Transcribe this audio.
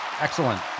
Excellent